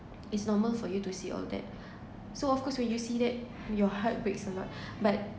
it's normal for you to see all that so of course when you see that your heartbreaks a lot but